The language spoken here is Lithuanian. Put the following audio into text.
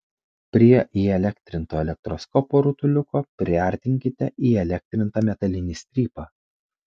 prie įelektrinto elektroskopo rutuliuko priartinkite įelektrintą metalinį strypą